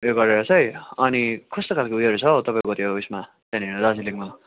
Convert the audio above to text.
उयो गरे चाहिँ अनि कस्तो खाले उयो रहेछ हौ तपाईँको त्यो उयोमा त्यहाँनेर दार्जिलिङमा